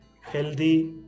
healthy